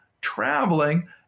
traveling